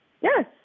Yes